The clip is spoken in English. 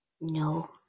No